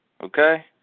okay